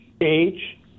age –